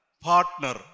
partner